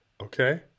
Okay